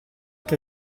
che